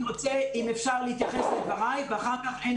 אני רוצה אם אפשר אני רוצה להתייחס לדברייך ואחר-כך אענה